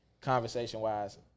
conversation-wise